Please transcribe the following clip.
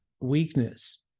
weakness